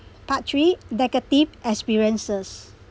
part three negative experiences